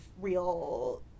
real